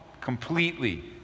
Completely